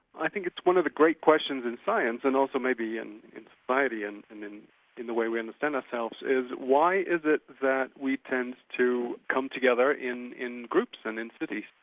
i think it's one of the great questions in science, and also may be in in society, and and in in the way we understand ourselves, is why is it that we tend to come together in in groups and in cities,